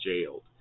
jailed